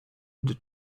into